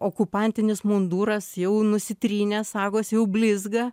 okupantinis munduras jau nusitrynęs sagos jau blizga